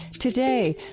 today,